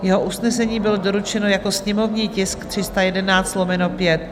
Jeho usnesení bylo doručeno jako sněmovní tisk 311/5.